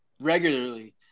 regularly